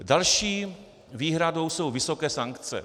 Další výhradou jsou vysoké sankce.